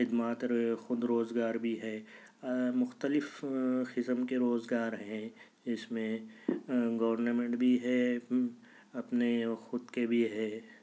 خدمات خود روزگار بھی ہے مختلف قسم کے روزگار ہیں اس میں گورنمنٹ بھی ہے اپنے خود کے بھی ہے